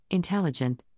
intelligent